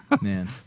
Man